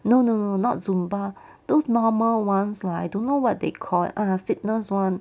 no no no not zumba those normal ones lah I don't know what they call ah fitness [one]